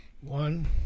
One